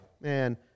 man